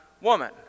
woman